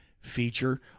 feature